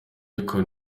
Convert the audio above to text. akon